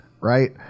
right